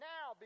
Now